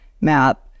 map